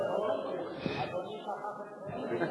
אדוני היושב-ראש, אדוני שכח את רונית תירוש.